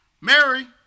Mary